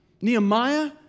Nehemiah